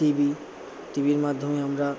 TV টিভির মাধ্যমে আমরা